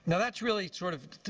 and that's really sort of